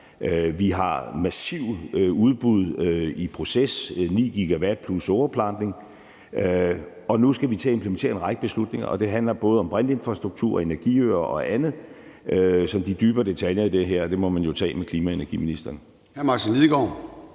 vi har massive udbud i proces på 9 GW plus overplantning, og nu skal vi til at implementere en række beslutninger, og det handler både om brintinfrastruktur, energiøer og andet, og de dybere detaljer i det her må man jo tage med klima- og energiministeren.